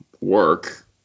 work